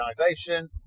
organization